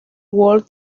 walt